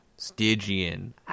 Stygian